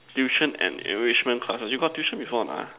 tuition and enrichment classes you got tuition before or not ah